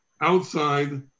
outside